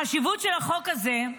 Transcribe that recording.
החשיבות של החוק הזה,